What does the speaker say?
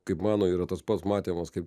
kaip mano yra tas pats matymas kaip